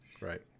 Right